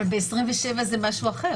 אבל בסעיף 27 זה משהו אחר.